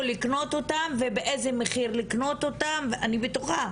לקנות אותם ובאיזה מחיר לקנות אותם ואני בטוחה,